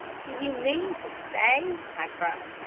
do you mean to say, i cried,